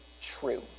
true